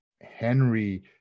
henry